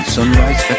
Sunrise